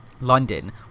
London